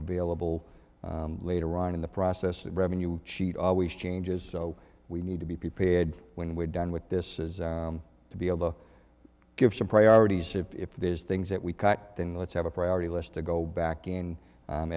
available later on in the process of revenue she'd always changes so we need to be prepared when we're done with this to be able to give some priorities if there's things that we cut then let's have a priority list to go back in